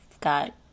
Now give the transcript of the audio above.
got